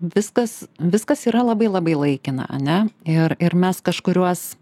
viskas viskas yra labai labai laikina ane ir ir mes kažkuriuos